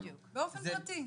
בדיוק, באופן פרטי.